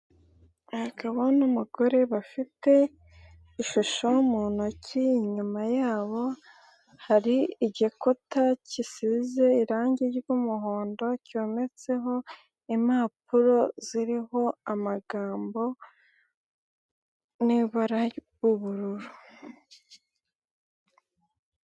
Umugabo n'umugore bafite, ishusho mu ntoki inyuma yabo, hari igikuta gisize irangi ry'umuhondo, cyometseho impapuro ziriho amagambo n'ibara ry'ubururu.